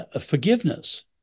forgiveness